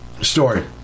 story